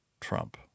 Trump